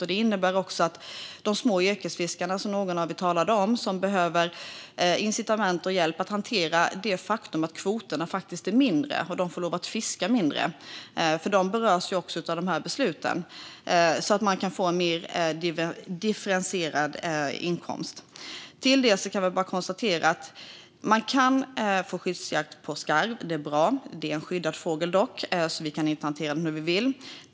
Detta innebär att de små yrkesfiskarna, som någon talade om, som behöver incitament och hjälp att hantera det faktum att kvoterna faktiskt är mindre och att de får lov att fiska mindre - de berörs ju också av besluten - kan få en mer differentierad inkomst. Till detta kan vi konstatera att man kan få skyddsjakt på skarv. Det är bra. Det är dock en skyddad fågel, så vi kan inte hantera den hur vi vill.